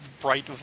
bright